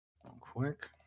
quick